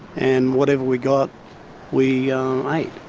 and whatever we got we ate.